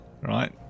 right